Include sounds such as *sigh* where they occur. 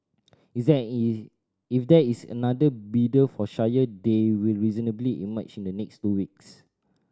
*unintelligible* if there is another bidder for Shire they will reasonably emerge in the next two weeks